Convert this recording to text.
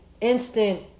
instant